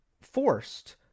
forced